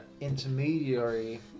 intermediary